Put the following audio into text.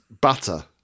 butter